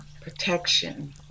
protection